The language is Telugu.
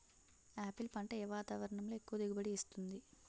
ఆపిల్ పంట ఏ వాతావరణంలో ఎక్కువ దిగుబడి ఇస్తుంది?